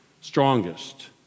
strongest